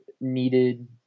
needed